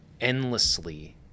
endlessly